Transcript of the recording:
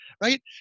right